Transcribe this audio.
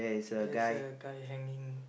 there's a guy hanging